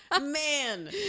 Man